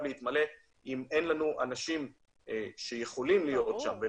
להתמלא אם אין לנו אנשים שיכולים להיות שם.